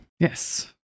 Yes